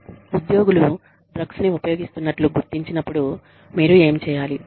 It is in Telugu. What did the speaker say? ఉద్యోగులు డ్రగ్స్ ని ఉపయోగిస్తున్నట్లు గుర్తించినప్పుడు మీరు ఏమి చేయాలి